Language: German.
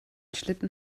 schlitten